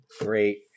great